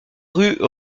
rue